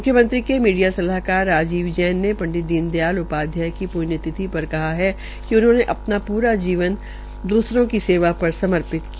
म्ख्यमंत्री के मीडिया सलाहकार राजीव जैन ने पंडित दीन दयाल उपाध्याय की पुण्यतिथि पर कहा है कि उन्होंने अपना पूरा जीवन दूसरों की सेवा पर समर्पित किया